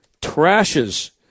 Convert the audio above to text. trashes